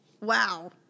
Wow